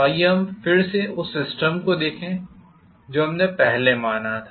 तो आइए हम फिर से उस सिस्टम को देखें जो हमने पहले माना था